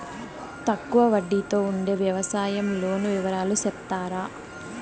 తక్కువ వడ్డీ తో ఉండే వ్యవసాయం లోను వివరాలు సెప్తారా?